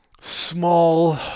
small